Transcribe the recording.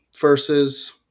versus